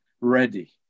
ready